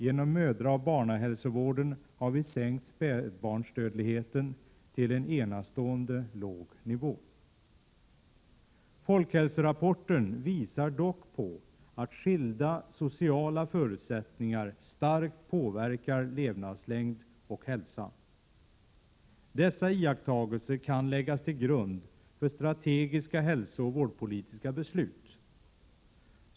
Genom mödraoch barnhälsovården har vi sänkt spädbarnsdödligheten till en enastående låg nivå. Folkhälsorapporten visar dock på att skilda sociala förutsättningar starkt påverkar levnadslängd och hälsa. Dessa iakttagelser kan läggas till grund för strategiska hälsooch vårdpolitiska beslut.